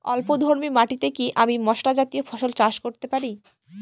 অম্লধর্মী মাটিতে কি আমি মশলা জাতীয় ফসল চাষ করতে পারি?